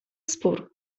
spór